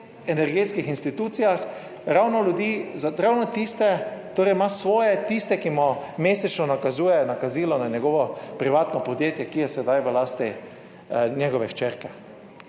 energetskih institucijah ravno ljudi, ravno tiste, torej ima svoje, tiste, ki mu mesečno nakazuje nakazilo na njegovo privatno podjetje, ki je sedaj v lasti njegove hčerke.